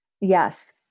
Yes